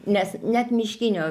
nes net miškinio